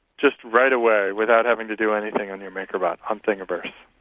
just right away, without having to do anything on your makerbot on thingiverse.